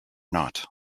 not